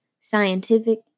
scientific